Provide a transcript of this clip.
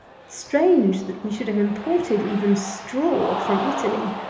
strange, that we should have imported even straw from italy,